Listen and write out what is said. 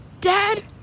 Dad